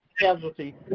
Casualty